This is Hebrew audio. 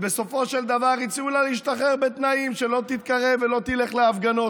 ובסופו של דבר הציעו לה להשתחרר בתנאי שלא תתקרב ולא תלך להפגנות.